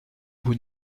vous